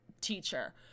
teacher